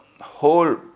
whole